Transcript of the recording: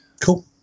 cool